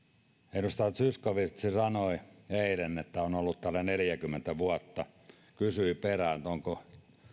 edustaja zyskowicz sanoi eilen että on ollut täällä neljäkymmentä vuotta ja kysyi perään